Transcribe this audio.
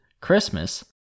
Christmas